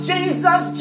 Jesus